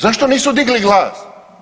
Zašto nisu digli glas?